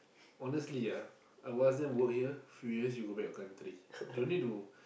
honestly ah I will ask them work here few years you go back your country don't need to